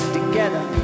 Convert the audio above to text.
together